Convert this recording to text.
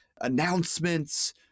announcements